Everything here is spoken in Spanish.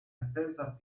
extensas